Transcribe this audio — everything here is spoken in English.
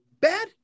bad